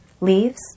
leaves